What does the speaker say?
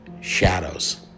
Shadows